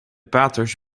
paters